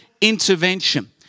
intervention